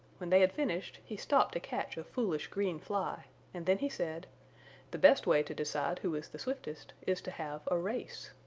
when they had finished, he stopped to catch a foolish green fly and then he said the best way to decide who is the swiftest is to have a race.